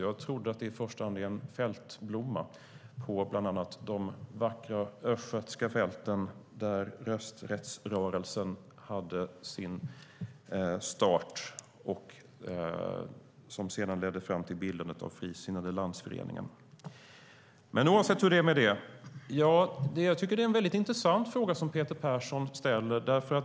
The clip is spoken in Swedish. Jag trodde att det i första hand är en fältblomma på bland annat de vackra östgötska fälten där rösträttsrörelsen hade sin start som sedan ledde fram till bildandet av Frisinnade landsföreningen. Oavsett hur det är med det tycker jag att det är en väldigt intressant fråga som Peter Persson ställer.